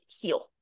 heal